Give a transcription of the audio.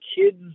kids